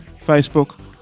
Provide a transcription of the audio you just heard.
Facebook